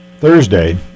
Thursday